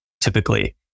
typically